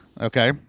Okay